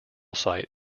site